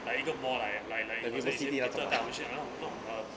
like 一个 ball like like like music 那种 ball 去弄弄 uh